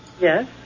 Yes